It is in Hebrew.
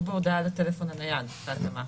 או בהודעה לטלפון הנייד בהתאמה.